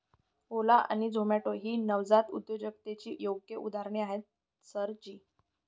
ओला आणि झोमाटो ही नवजात उद्योजकतेची योग्य उदाहरणे आहेत सर जी